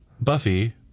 Buffy